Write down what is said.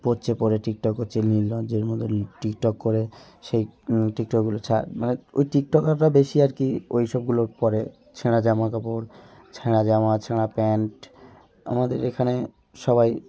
পরছে পরে টিকটক করছে নির্লজ্জের মতন টিকটক করে সেই টিকটকগুলো মানে ওই টিকটকাররা বেশি আর কি ওই সবগুলো করে ছেঁড়া জামা কাপড় ছেঁড়া জামা ছেঁড়া প্যান্ট আমাদের এখানে সবাই